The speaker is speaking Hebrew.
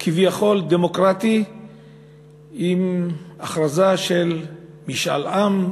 כביכול דמוקרטי עם הכרזה על משאל עם,